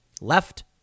left